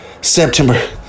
September